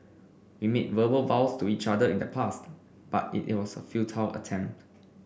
we made verbal vows to each other in the past but it was a futile attempt